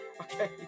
Okay